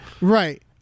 right